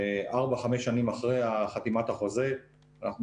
וארבע-חמש שנים אחרי חתימת החוזה אנחנו